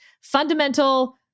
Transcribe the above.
fundamental